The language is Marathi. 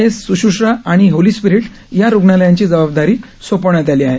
एस सृश्रषा आणि होली स्पिरिट या रुग्णालयांची जबाबदारी सोपवण्यात आली आहे